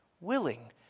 willing